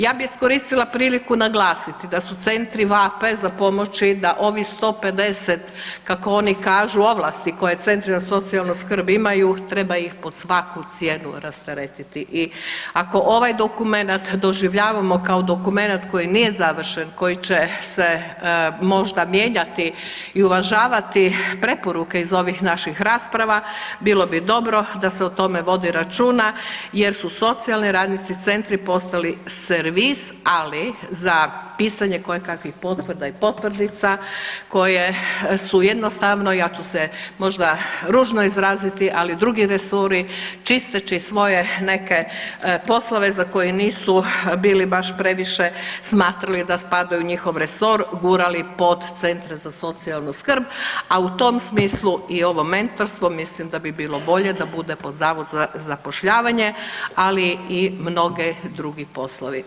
Ja bi iskoristila priliku naglasiti da su centri vape za pomoći da ovi 150, kako oni kažu ovlasti koje centri za socijalnu skrb imaju, treba ih pod svaku cijenu rasteretiti i ako ovaj dokumenat doživljavamo kao dokumenat koji nije završen, koji će se možda mijenjati i uvažavati preporuke iz ovih naših rasprava, bilo bi dobro da se o tome vodi računa jer su socijalni radnici i centri postali servis, ali za pisanje kojekakvih potvrda i potvrdica koje su jednostavno ja ću se možda ružno izraziti ali drugi resori čisteći svoje neke poslove za koje nisu bili baš previše smatrali da spadaju u njihov resor gurali pod centre za socijalnu skrb, a u tom smislu i ovo mentorstvo mislim da bi bilo bolje da bude pod zavod za zapošljavanje, ali i mnogi drugi poslovi.